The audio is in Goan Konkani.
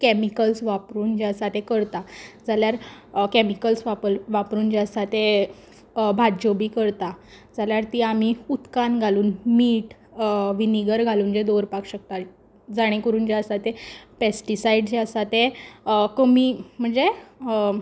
कॅमिकल्स वापरून जे आसा तें करता जाल्यार कॅमिकल्स वापरून जे आसा ते भाज्यो बी करता जाल्यार ती आमी उदकांत घालून मीठ विनेगर घालून तें दवरपाक शकता जाणें करून जें आसा तें पॅस्टिसाइड जे आसा ते कमी म्हणजे